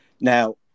Now